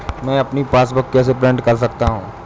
मैं अपनी पासबुक कैसे प्रिंट कर सकता हूँ?